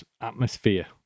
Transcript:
atmosphere